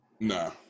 Nah